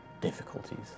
difficulties